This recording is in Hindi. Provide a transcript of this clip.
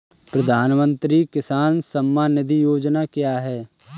प्रधानमंत्री किसान सम्मान निधि योजना क्या है?